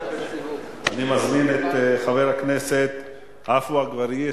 אני מזמין את חבר הכנסת עפו אגבאריה,